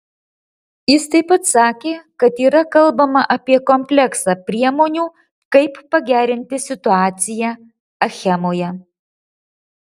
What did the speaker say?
jis taip pat sakė kad yra kalbama apie kompleksą priemonių kaip pagerinti situaciją achemoje